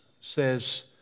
says